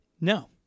No